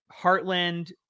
Heartland